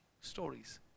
stories